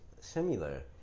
similar